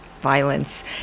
violence